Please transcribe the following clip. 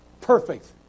Perfect